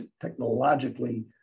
technologically